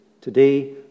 Today